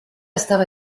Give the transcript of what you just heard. estaba